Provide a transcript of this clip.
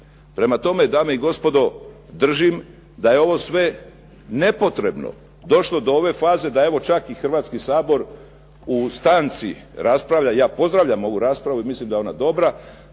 Prema tome, dame i gospodo držim da je ovo sve nepotrebno došlo do ove faze da evo čak i Hrvatski sabor u stanci raspravlja. Ja pozdravljam ovu raspravu i mislim da je ona dobra